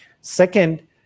Second